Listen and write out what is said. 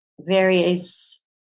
various